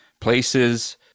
places